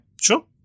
sure